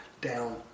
down